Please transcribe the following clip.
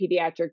pediatric